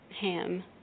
ham